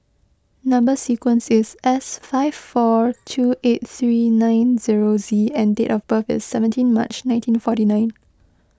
Number Sequence is S five four two eight three nine zero Z and date of birth is seventeen March nineteen forty nine